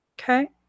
Okay